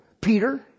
Peter